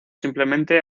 simplemente